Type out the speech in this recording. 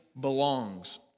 belongs